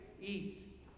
eat